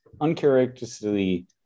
uncharacteristically